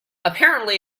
apparently